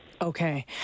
Okay